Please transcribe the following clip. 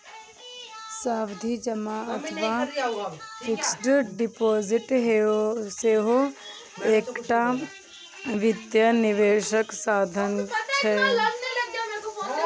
सावधि जमा अथवा फिक्स्ड डिपोजिट सेहो एकटा वित्तीय निवेशक साधन छियै